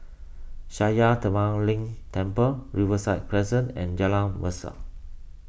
Sakya Tenphel Ling Temple Riverside Crescent and Jalan Mesra